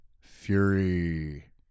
Fury